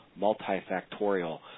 multifactorial